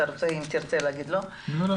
אם תרצה להגיב בבקשה --- לא לא.